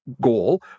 goal